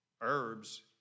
Herbs